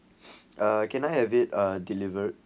uh can I have it delivered